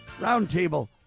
Roundtable